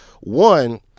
One